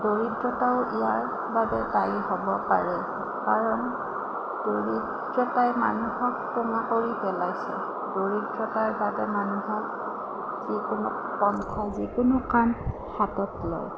দৰিদ্ৰতাই ইয়াৰ বাবে দায়ী হ'ব পাৰে কাৰণ দৰিদ্ৰতাই মানুহক কোঙা কৰি পেলাইছে দৰিদ্ৰতাৰ বাবে মানুহক যিকোনো পন্থা যিকোনো কাম হাতত লয়